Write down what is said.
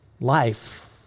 life